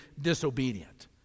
disobedient